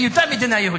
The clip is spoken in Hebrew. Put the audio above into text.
בהיותה מדינה יהודית.